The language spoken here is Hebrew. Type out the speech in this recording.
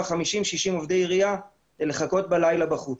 60-50 עובדי עירייה לחכות בלילה בחוץ.